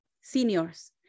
seniors